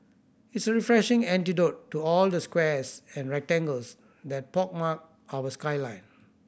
it is a refreshing antidote to all the squares and rectangles that pockmark our skyline